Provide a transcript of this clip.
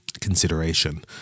consideration